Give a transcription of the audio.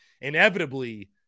inevitably